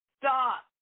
stop